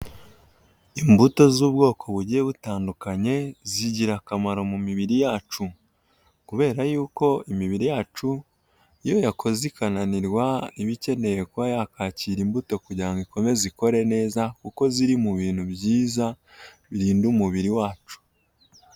Imbuto z'ubwoko bugiye butandukanye, zigira akamaro mu mibiri yacu, kubera yuko imibiri yacu iyo yakoze ikananirwa iba ikeneye kuba yakwakira imbuto kugira ngo ikomeze ikore neza, kuko ziri mu bintu byiza birinda umubiri wacu.